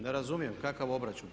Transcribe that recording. Ne razumijem kakav obračun?